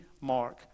mark